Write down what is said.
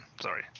Sorry